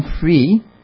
free